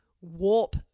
warp